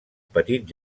petit